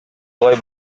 болай